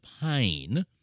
pain